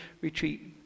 retreat